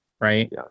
right